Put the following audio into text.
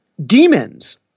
Demons